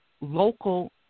local